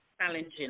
challenging